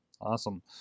Awesome